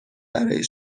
برای